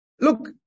Look